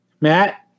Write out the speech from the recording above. Matt